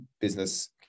business